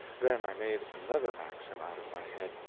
then i made another maxim out of my head,